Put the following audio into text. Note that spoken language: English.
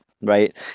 Right